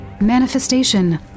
Manifestation